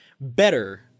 better